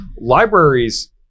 Libraries